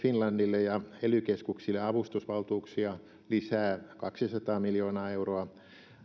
finlandille ja ely keskuksille avustusvaltuuksia lisää kaksisataa miljoonaa euroa